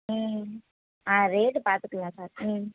ம் ஆ ரேட்டு பார்த்துக்கலாம் சார் ம்